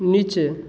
नीचे